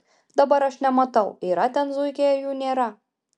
dabar aš nematau yra ten zuikiai ar jų nėra